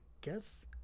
guess